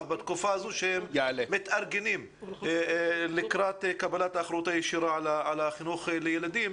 בתקופה הזאת שהם מתארגנים לקראת קבלת האחריות הישירה על החינוך לילדים.